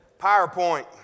PowerPoint